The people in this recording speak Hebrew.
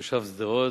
תושב שדרות,